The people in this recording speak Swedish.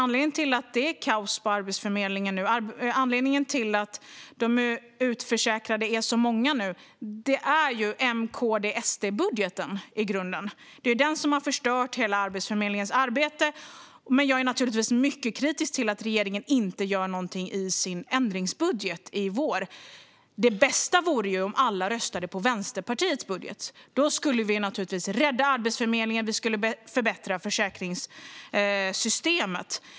Anledningen till att det nu är kaos på Arbetsförmedlingen och till att de utförsäkrade är så många är i grunden M-KD-SD-budgeten. Det är den som har förstört hela Arbetsförmedlingens arbete. Men jag är naturligtvis mycket kritisk till att regeringen inte gör någonting i sin vårändringsbudget. Det bästa vore om alla röstade på Vänsterpartiets budget. Då skulle vi naturligtvis rädda Arbetsförmedlingen. Vi skulle förbättra försäkringssystemet.